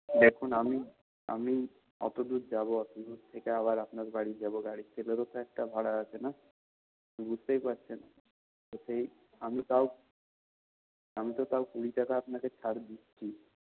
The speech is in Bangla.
দেখুন আমি আমি অতদূর যাব অতদূর থেকে আবার আপনার বাড়ি যাব সেটারও তো একটা ভাড়া আছে না বুঝতেই পারছেন তো সেই আমি তাও আমিতো তাও কুড়ি টাকা আপনাকে ছাড় দিচ্ছি